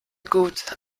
gut